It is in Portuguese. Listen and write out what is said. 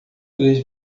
três